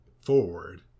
forward